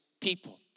people